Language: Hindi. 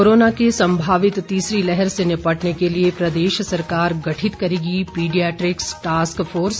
कोरोना की संभावित तीसरी लहर से निपटने के लिए प्रदेश सरकार गठित करेगी पीडियाट्रिक टास्क फोर्स